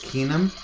Keenum